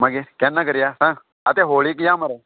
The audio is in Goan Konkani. मागीर केन्ना करया सांग आतां होळी बी या मरे